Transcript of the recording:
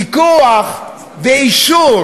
פיקוח ואישור